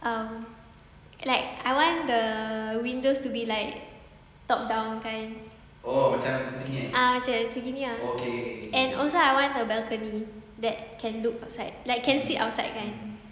um like I want the windows to be like top down kind ah macam macam gini ah and also I want a balcony that can look outside like can sit outside kind